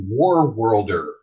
Warworlder